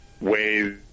ways